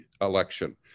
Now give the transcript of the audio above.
election